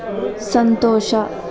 ಸಂತೋಷ